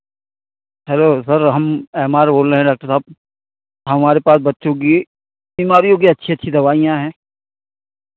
hello sir हम M R बोल रहे हैं डॉक्टर साहब हमारे पास बच्चों की बीमारियों की अच्छी अच्छी दवाइयाँ हैं